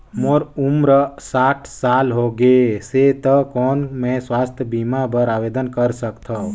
मोर उम्र साठ साल हो गे से त कौन मैं स्वास्थ बीमा बर आवेदन कर सकथव?